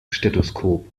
stethoskop